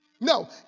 No